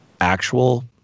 actual